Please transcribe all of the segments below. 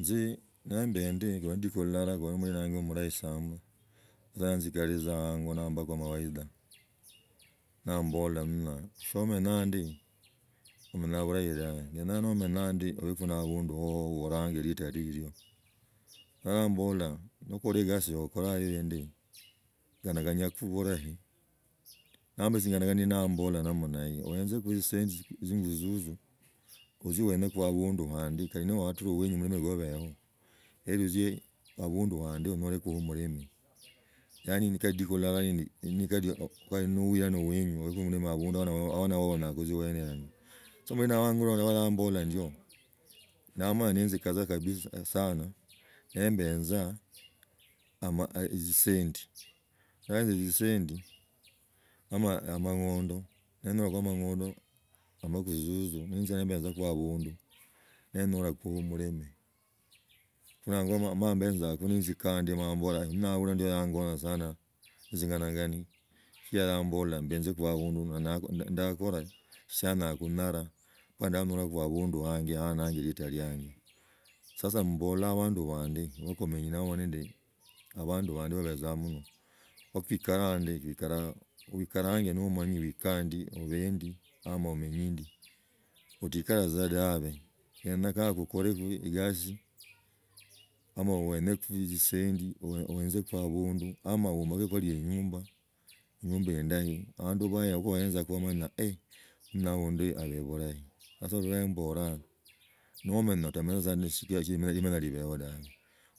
Nzi nomb ndi kuli ne lidiku lilala kuli gwo emwaya wanje mulaisamu nza nzigalie tza hanya nambati mawaidha nambola nna somenya ndi omenyaa bulahi dabe, kenyaa nomenyaa ndi obako na abundu hoho wa olange lataa lilia mala embalaa nogola egasi ya okala hiyo ndio ganaganiaku burahi nomba tzinganakani na ambulaa namna hii oenzaku na tsisendi tzinyi zuzu ozie onzeku abundu kandi kali ni watula wanywe mulima gobahi, oli otzie abundu handi onyolekoho omurimi yani kali diku llala nikali oilana wenyu obeku na murimi abundu no onyala kutzia oene ila ndulo. Somulina wange wali nambola ndiyo namala nitzikaza kabisa nambenza etzisendi ndayanza etzisenti, ama amang’ondo nanyolaku amang’ondo amaku zuzu ninzia nambezaku abundu ninyolakuu murimi. Ksnanywa emala embenzaks ninzikandi maambora ina wa ndi yangona sana kuzinganakani chikila yambola mbenzeko abundu ndakoraa shia naro kunara, mala ndanyolaku abundu wang aananga litaa liange. Sasa mmbolaa abandu bandi kumsnyi noaiba nenda abandu bandi babezaa muno ku kuikaraa ndi kuikaraa, oikarange nomanyi wiika ndi obehe ndi ama omenyi ndi otikale tza dabe venekaa kukoleku egasi oma oenemu tzisendi uenzeku abundu ama, umbokeleku inyumba inyumba endahi, abandu nebahenzaku bamanya abundu ana abihe bulahi. Sasa lwa emborna nomenya, amenya, amenya sichira limenya tsa ilibahe dabi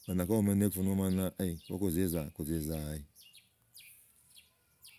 kinyaa omanyeks hakuzizaa, kuzizaa hai.